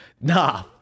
nah